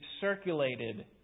circulated